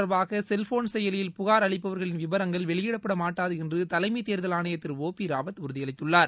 தொடர்பாக செல்போன் செயலியில் புகார் அளிப்பவர்களின் தேர்தல் விதிமீறல் விபரங்கள் வெளியிடப்படமாட்டாது என்று தலைமை தேர்தல் ஆணையர் திரு ஓ பி ராவத் உறுதியளித்துள்ளார்